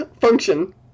Function